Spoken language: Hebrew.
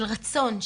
של רצון,